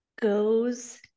goes